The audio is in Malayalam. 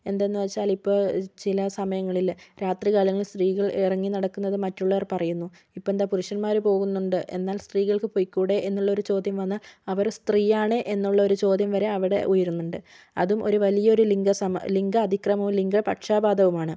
എന്തെന്ന് വെച്ചാൽ ഇപ്പോൾ ചില സമയങ്ങളിൽ രാത്രി കാലങ്ങളിൽ സ്ത്രീകൾ ഇറങ്ങി നടക്കുന്നത് മറ്റുള്ളവർ പറയുന്നു ഇപ്പോൾ എന്താ പുരുഷന്മാർ പോകുന്നുണ്ട് എന്നാൽ സ്ത്രീകൾക്ക് പൊയ്ക്കൂടേ എന്നുള്ളൊരു ചോദ്യം വന്നാൽ അവർ സ്ത്രീയാണ് എന്നുള്ളൊരു ചോദ്യം വരെ അവിടെ ഉയരുന്നുണ്ട് അതും ഒരു വലിയ ഒരു ലിംഗ സമ ലിംഗ അതിക്രമമോ ലിംഗ പക്ഷാപാതവുമാണ്